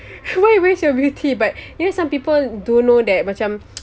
why waste your beauty but you know some people don't know that macam